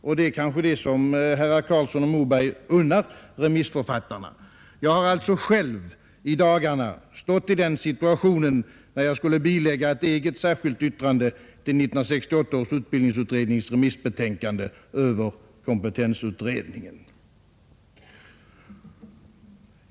Och det är kanske det som herrar Carlsson och Moberg unnar remissförfattarna. Jag har själv i dagarna stått i den situationen, när jag skulle bilägga ett eget särskilt yttrande till 1968 års utbildningsutrednings remissbetänkande över kompetensutredningen.